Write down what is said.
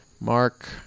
Mark